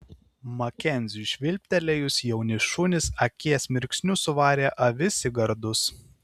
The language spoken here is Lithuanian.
makenziui švilptelėjus jauni šunys akies mirksniu suvarė avis į gardus